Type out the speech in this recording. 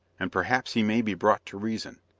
and perhaps he may be brought to reason,